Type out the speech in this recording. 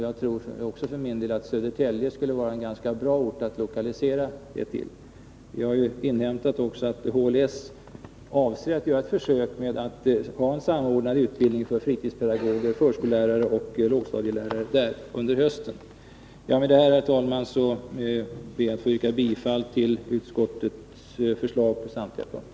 Jag tror också att Södertälje skulle vara en ganska bra ort att lokalisera denna utbildning till. Vi har ju också inhämtat att LHS avser att göra ett försök med samordnad utbildning för fritidspedago ger, förskollärare och lågstadielärare i Södertälje under hösten. Med dessa ord, herr talman, ber jag att få yrka bifall till utskottets hemställan på samtliga punkter.